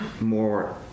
more